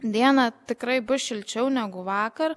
dieną tikrai bus šilčiau negu vakar